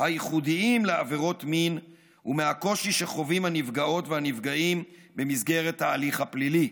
הייחודיים לעבירות מין ומהקושי שחווים הנפגעות והנפגעים בהליך הפלילי.